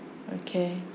okay